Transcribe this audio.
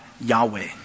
Yahweh